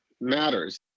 matters